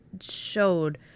showed